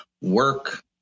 work